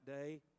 day